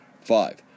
Five